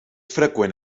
freqüent